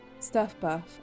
stuffbuff